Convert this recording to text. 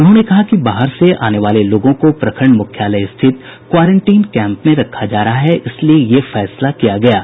उन्होंने कहा कि बाहर से आने वाले लोगों को प्रखंड मुख्यालय स्थित क्वारेंटीन कैम्प में रखा जा रहा है इसलिए यह फैसला किया गया है